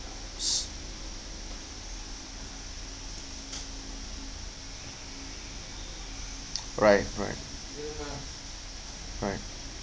s~ right right right